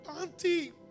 Auntie